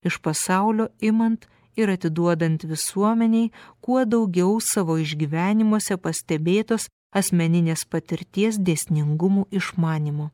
iš pasaulio imant ir atiduodant visuomenei kuo daugiau savo išgyvenimuose pastebėtos asmeninės patirties dėsningumų išmanymo